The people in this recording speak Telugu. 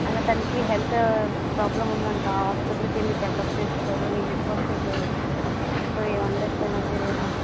ఆయన తనకి హెల్త్ ప్రాబ్లమ్ ఉందంట హాస్పిటల్ కి వెళ్ళి చెక్అప్ చేసుకోవాలని రిక్వెస్ట్ చేశారు సో ఏమి అనలేక పోయాను మీరు అయినా